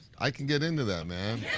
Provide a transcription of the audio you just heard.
i can get into that, man.